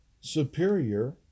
superior